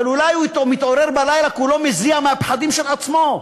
אבל אולי הוא מתעורר בלילה כולו מזיע מהפחדים של עצמו.